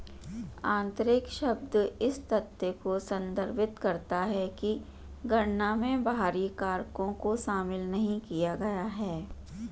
आंतरिक शब्द इस तथ्य को संदर्भित करता है कि गणना में बाहरी कारकों को शामिल नहीं किया गया है